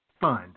fund